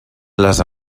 les